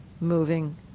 moving